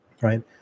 right